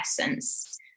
essence